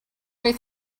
way